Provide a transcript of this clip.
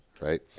right